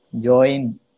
Join